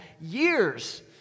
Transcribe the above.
years